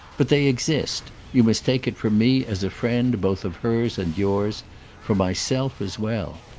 but they exist you must take it from me as a friend both of hers and yours for myself as well.